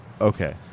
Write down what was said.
Okay